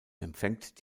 empfängt